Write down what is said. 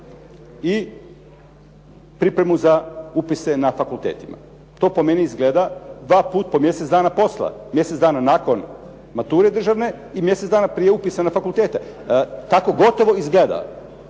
i pripremu za upise na fakultetima. To po meni izgleda dva put po mjesec dana posla. Mjesec dana nakon mature državne i mjesec dana prije upisa na fakultete. Tako gotovo izgleda.